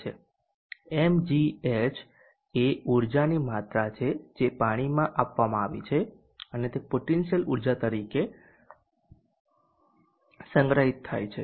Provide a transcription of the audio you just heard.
mgh એ ઉર્જાની માત્રા છે જે આ પાણીમાં આપવામાં આવી છે તે પોટેન્શિયલ ઉર્જા તરીકે સંગ્રહિત થાય છે